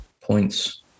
Points